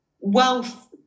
Wealth